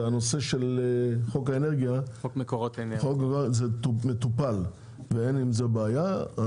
והנושא של חוק מקורות האנרגיה מטופל ואין עם זה בעיה.